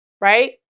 Right